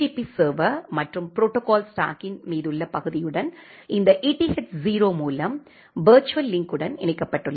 B server மற்றும் protocol ஸ்டாக்கின் மீதமுள்ள பகுதியுடனும் இந்த eth 0 மூலம் விர்ச்சுவல் லிங்க்யுடன் இணைக்கப்பட்டுள்ளது